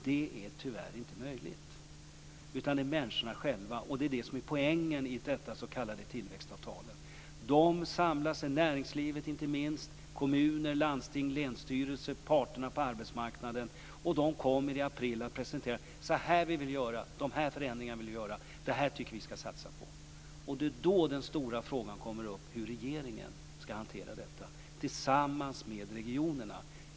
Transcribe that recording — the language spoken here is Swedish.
Det är tyvärr inte möjligt, utan det är människorna själva - och det är det som är poängen i dessa s.k. tillväxtavtal - som samlas i näringslivet inte minst, kommuner, landsting, länsstyrelser och parterna på arbetsmarknaden, och de kommer i april att presentera sina idéer: Så här vill vi göra, de här förändringarna vill vi göra och det här tycker vi att vi skall satsa på. Det är då den stora frågan kommer upp hur regeringen skall hantera detta tillsammans med regionerna.